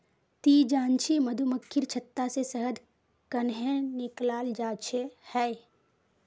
ती जानछि मधुमक्खीर छत्ता से शहद कंन्हे निकालाल जाच्छे हैय